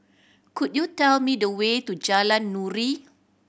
could you tell me the way to Jalan Nuri